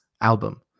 album